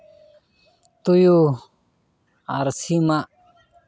ᱛᱩᱭᱩ ᱟᱨ ᱥᱤᱢᱟᱜ